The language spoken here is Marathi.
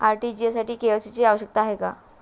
आर.टी.जी.एस साठी के.वाय.सी ची आवश्यकता आहे का?